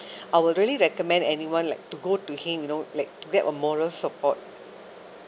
I will really recommend anyone like to go to him you know like to get a moral support